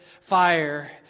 fire